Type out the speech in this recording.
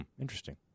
interesting